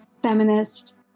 feminist